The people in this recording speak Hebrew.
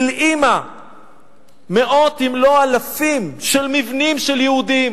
הלאימה מאות אם לא אלפים של מבנים של יהודים,